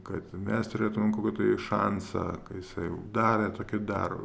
kad mes turėtumėm kokį tai šansą kai jisai jau davė tokį dar